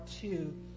two